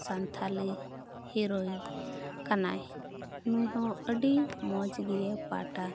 Santali hero ᱠᱟᱱᱟᱭ ᱱᱩᱭ ᱦᱚᱸ ᱟᱹᱰᱤ ᱢᱚᱡᱽ ᱜᱮ ᱯᱟᱴᱟ